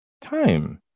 time